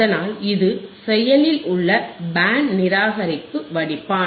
அதனால்இது செயலில் உள்ள பேண்ட்நிராகரிப்பு வடிப்பான்